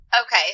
Okay